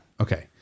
Okay